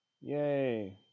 Yay